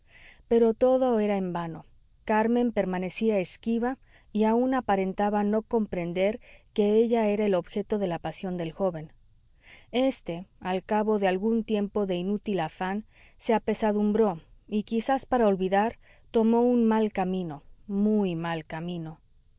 pero todo era en vano carmen permanecía esquiva y aun aparentaba no comprender que ella era el objeto de la pasión del joven éste al cabo de algún tiempo de inútil afán se apesadumbró y quizás para olvidar tomó un mal camino muy mal camino